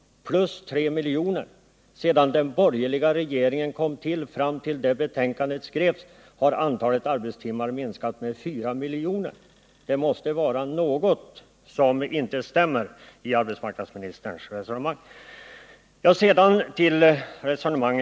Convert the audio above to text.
Plus tre miljoner! Sedan den borgerliga regeringen kom till och fram till det att betänkandet skrevs har antalet arbetstimmar minskat med 4 miljoner. Det måste vara något som inte stämmer i arbetsmarknadsministerns resonemang.